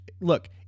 look